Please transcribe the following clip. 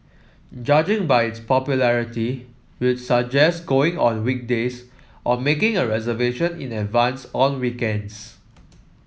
judging by its popularity we'd suggest going on weekdays or making a reservation in advance on weekends